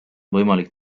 võimalik